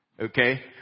Okay